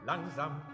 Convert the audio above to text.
Langsam